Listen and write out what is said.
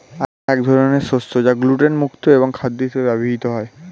এক ধরনের শস্য যা গ্লুটেন মুক্ত এবং খাদ্য হিসেবে ব্যবহৃত হয়